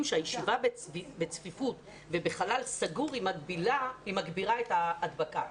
שהישיבה בצפיפות ובחלל סגור מגדילה את ההדבקה.